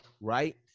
right